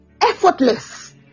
Effortless